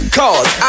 cause